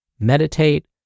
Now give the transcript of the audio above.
meditate